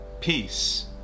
Peace